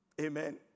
Amen